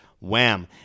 wham